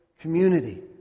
community